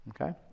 okay